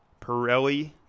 Pirelli